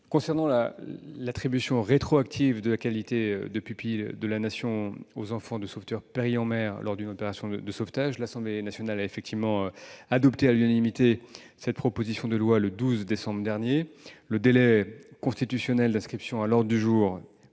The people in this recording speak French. concernant l'attribution rétroactive de la qualité de pupille de la Nation aux enfants de sauveteurs péris en mer lors d'une opération de sauvetage, l'Assemblée nationale a effectivement adopté à l'unanimité une proposition de loi à cet effet le 12 décembre dernier. Le délai constitutionnel d'inscription à l'ordre du jour au